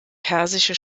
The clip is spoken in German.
persische